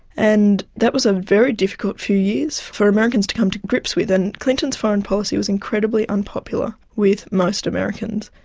and that was a very difficult few years for americans to come to grips with, and clinton's foreign policy was incredibly unpopular with most americans.